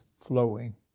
flowing